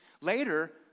later